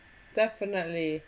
definitely